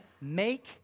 make